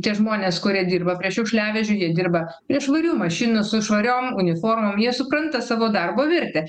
tie žmonės kurie dirba prie šiukšliavežių jie dirba prie švarių mašinų su švariom uniformom jie supranta savo darbo vertę